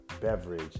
beverage